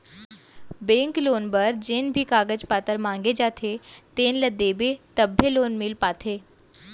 bank loan बर जेन भी कागज पातर मांगे जाथे तेन ल देबे तभे लोन मिल पाथे